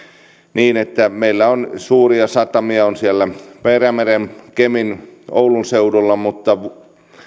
niin että meillä on suuria satamia siellä perämeren kemin oulun seudulla